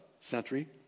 century